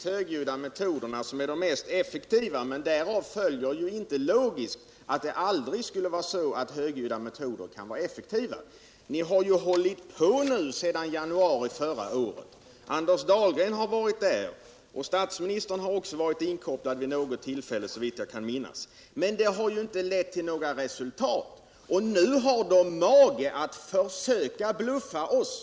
högljudda metoder aldrig skulle kunna vara effektiva. Ni har ju hållit på nu sedan januari förra året! Anders Dahlgren har varit där, och statsministern har enligt vad jag kan minnas också varit inkopplad vid något tillfälle. Men det har inte lett till några resultat. Och nu har de argentinska myndigheterna mage att försöka bluffa oss!